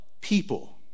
people